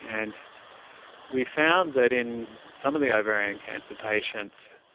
and we found that in some of the ovarian cancer patients,